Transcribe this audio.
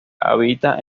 habita